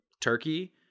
turkey